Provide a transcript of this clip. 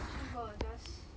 should I go and adjust